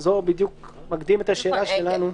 אתה מקדים את השאלה שלנו.